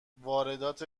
واردات